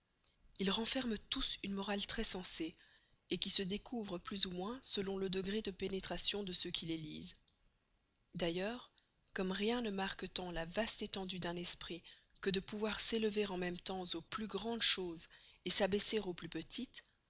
ils renferment tous une morale trés sensée qui se découvre plus ou moins selon le degré de pénetration de ceux qui les lisent d'ailleurs comme rien ne marque tant la vaste estenduë d'un esprit que de pouvoir s'élever en même temps aux plus grandes choses s'abaisser aux plus petites